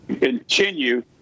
continue